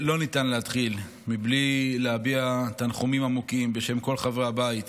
לא ניתן להתחיל בלי להביע תנחומים עמוקים בשם כל חברי הבית